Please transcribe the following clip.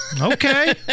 Okay